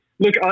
Look